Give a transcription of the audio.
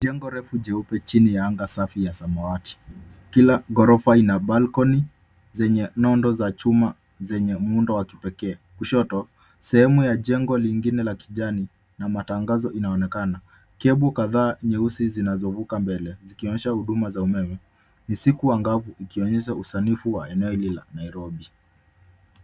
Jengo refu jeupe chini ya anga safi ya samawati. Kila ghorofa ina balcony zenye nondo za chuma zenye muundo wa kipekee. Kushoto sehemu ya jengo lingine la kijani na matangazo inaonekana. CAble kadhaa nyeusi zinazovuka mbele zikionyesha huduma za umeme. Ni siku angavu ikionyesha usanifu wa eneo hili la Nairobi.